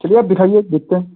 चलिए आप दिखाइए देखते हैं